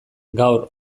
gaur